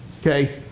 Okay